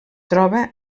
troba